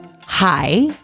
Hi